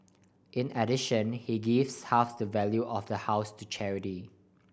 in addition he gives half the value of the house to charity